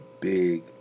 big